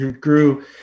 grew